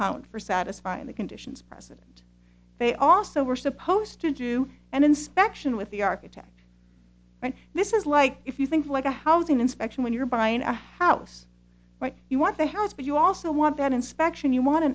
count for satisfying the conditions present they also were supposed to do an inspection with the architect and this is like if you think like a housing inspection when you're buying a house when you want the house but you also want that inspection you want